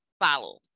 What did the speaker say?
follow